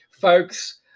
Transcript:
folks